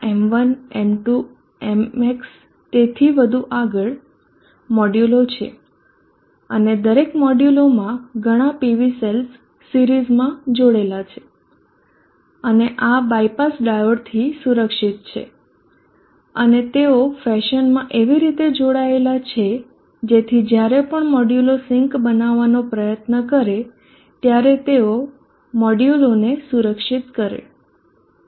આ M1 M2 Mx તેથી વધુ આગળ મોડ્યુલો છે અને દરેક મોડ્યુલોમાં ઘણાં PV સેલ્સ સિરીઝમાં જોડાયેલા છે અને આ બાયપાસ ડાયોડથી સુરક્ષિત છે અને તેઓ ફેશનમાં એવી રીતે જોડાયેલા છે જેથી જ્યારે પણ મોડ્યુલો સિંક બનવાનો પ્રયત્ન કરે ત્યારે તેઓ મોડ્યુલોને સુરક્ષિત કરે છે